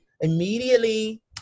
immediately